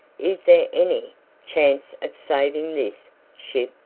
is there any chance of saving this ship?